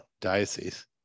diocese